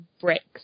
bricks